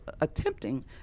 attempting